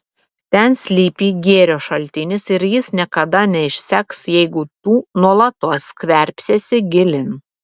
ten slypi gėrio šaltinis ir jis niekada neišseks jeigu tu nuolatos skverbsiesi gilyn